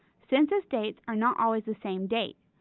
census dates are not always the same date.